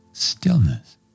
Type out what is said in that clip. stillness